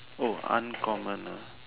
oh uncommon ah